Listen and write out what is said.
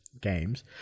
games